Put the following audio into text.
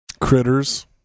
Critters